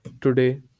Today